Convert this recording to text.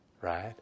right